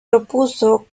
propuso